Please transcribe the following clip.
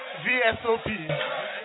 VSOP